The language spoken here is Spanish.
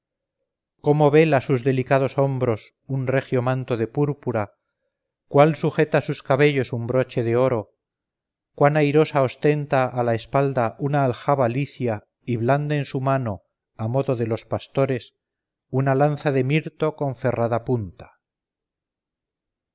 cómo vela sus delicados hombros un regio manto de púrpura cuál sujeta sus cabellos un broche de oro cuán airosa ostenta a la espalda una aljaba licia y blande en su mano a modo de los pastores una lanza de mirto con ferrada punta